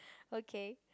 okay